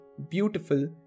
beautiful